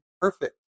perfect